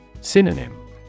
Synonym